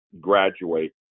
graduate